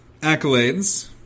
accolades